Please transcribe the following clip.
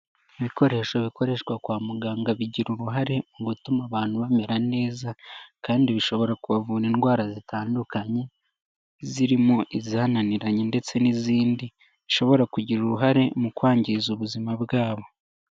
Ibikoresho bikoreshwa kwa muganga bigira uruhare mu gutuma abantu bamera neza kandi bishobora kubavura indwara zitandukanye, zirimo izananiranye, ndetse n'izindi zishobora kugira uruhare mu kwangiza ubuzima bwabo.